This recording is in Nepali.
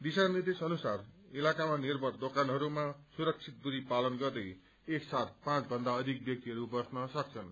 दिशा निर्देशहरू अनुसार इताकामा निर्भर दोकानहरूमा सुरक्षित दूरी पालन गर्दै एकसाथ पाँच भन्दाप अधिक व्यक्तिहरू बस्न सक्छन्